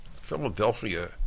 Philadelphia